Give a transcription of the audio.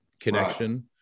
connection